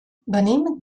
venim